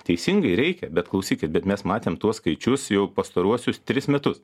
teisingai reikia bet klausykit bet mes matėm tuos skaičius jau pastaruosius tris metus